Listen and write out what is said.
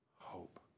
hope